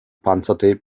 panzertape